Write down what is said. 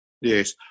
Yes